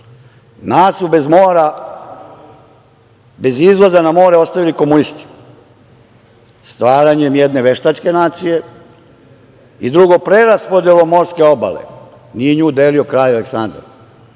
mora, bez izlaza na more, ostavili komunisti, stvaranjem jedne veštačke nacije i preraspodelom morske obale. Nije nju delio kralj Aleksandar,